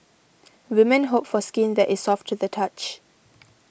women hope for skin that is soft to the touch